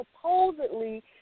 supposedly